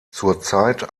zurzeit